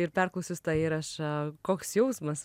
ir perklausius įrašą koks jausmas